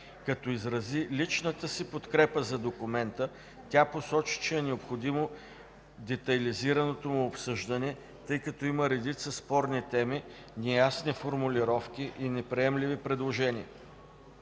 Като изрази личната си подкрепа за документа, тя посочи, че е необходимо детайлизираното му обсъждане, тъй като има редица спорни теми, неясни формулировки и неприемливи предложения.